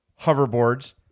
hoverboards